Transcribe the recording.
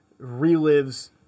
relives